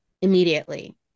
immediately